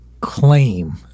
claim